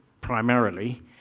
primarily